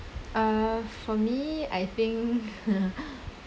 uh for me I think